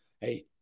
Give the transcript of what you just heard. hey